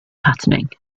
patterning